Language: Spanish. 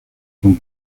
con